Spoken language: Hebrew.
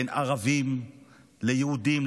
בין ערבים ליהודים,